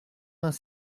vingt